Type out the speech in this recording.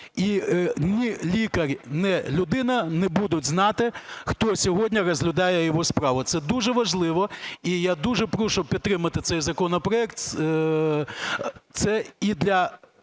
і ні лікар, ні людина не будуть знати, хто сьогодні розглядає його справу. Це дуже важливо, і я дуже прошу підтримати цей законопроект. Це і для